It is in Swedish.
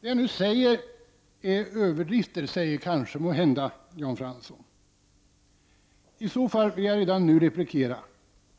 Det jag nu säger är överdrifter, säger kanske Jan Fransson. I så fall vill jag redan nu replikera.